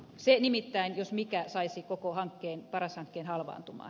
se nimittäin jos mikä saisi koko paras hankkeen halvaantumaan